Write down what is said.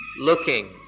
Looking